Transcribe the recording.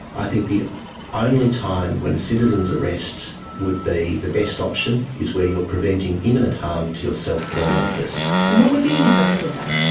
i think the only time when a citizen's arrest would be the best option is where you are preventing imminent harm to yourself or another person. and what would be an example of that?